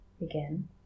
again